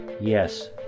Yes